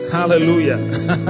Hallelujah